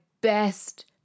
best